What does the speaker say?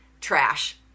trash